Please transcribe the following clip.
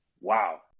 wow